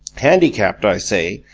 handicapped, i say,